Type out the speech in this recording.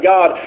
God